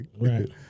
Right